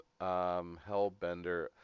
hellbender